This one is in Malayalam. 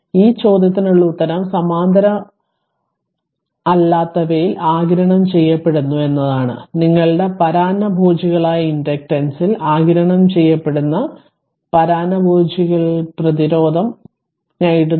ഈ ചോദ്യത്തിനുള്ള ഉത്തരം സമാന്തരമല്ലാത്തവയിൽ ആഗിരണം ചെയ്യപ്പെടുന്നു എന്നതാണ് നിങ്ങളുടെ പരാന്നഭോജികളുടെ ഇൻഡക്റ്റൻസിൽ ആഗിരണം ചെയ്യപ്പെടുന്ന പരാന്നഭോജികളുടെ പ്രതിരോധം ഞാൻ ഇടുകയില്ല